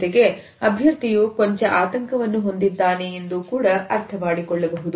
ಜೊತೆಗೆ ಅಭ್ಯರ್ಥಿಯು ಕೊಂಚ ಆತಂಕವನ್ನು ಹೊಂದಿದ್ದಾನೆ ಎಂದು ಅರ್ಥಮಾಡಿಕೊಳ್ಳಬಹುದು